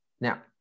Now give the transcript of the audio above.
Now